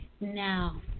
Now